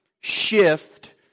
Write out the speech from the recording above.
shift